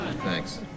Thanks